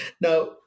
Now